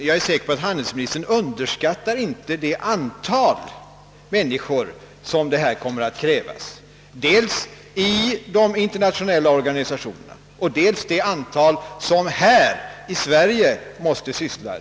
Jag är säker på att handelsministern inte underskattar det antal människor som härvidlag kommer att krävas dels i de internationella organisationerna, dels här i Sverige.